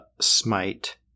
smite